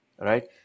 right